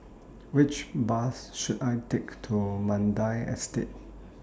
Which Bus should I Take to Mandai Estate